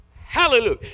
hallelujah